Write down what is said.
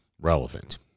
relevant